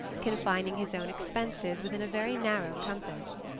confining his own expenses within a very narrow compass.